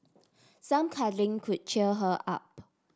some cuddling could cheer her up